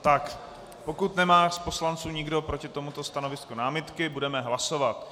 Tak pokud nemá z poslanců nikdo proti tomuto stanovisku námitky, budeme hlasovat.